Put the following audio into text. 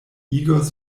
igos